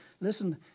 listen